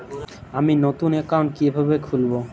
আমি নতুন অ্যাকাউন্ট কিভাবে খুলব?